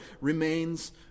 remains